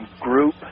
group